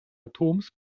atoms